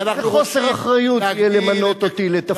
זה יהיה חוסר אחריות למנות אותי לתפקיד הזה.